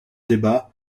débat